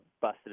busted